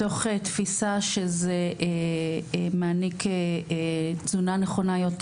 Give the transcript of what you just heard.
מתוך תפיסה שזה מעניק תזונה נכונה יותר,